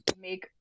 make